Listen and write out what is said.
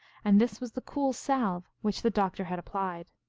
and this was the cool salve which the doctor had applied.